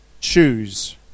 choose